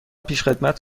پیشخدمت